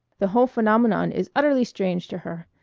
the whole phenomenon is utterly strange to her.